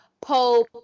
Pope